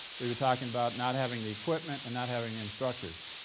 we were talking about not having the equipment and not having the instructors